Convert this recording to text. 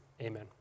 Amen